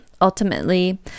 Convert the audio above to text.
Ultimately